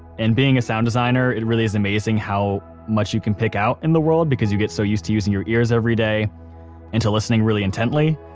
and being a sound designer, it really is amazing how much you can pick out in the world because you get so used to using your ears everyday and listening really intently.